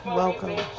welcome